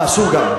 אה, אסור גם.